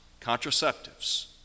contraceptives